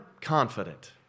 confident